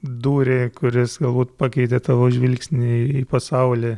dūrį kuris galbūt pakeitė tavo žvilgsnį į pasaulį